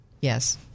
yes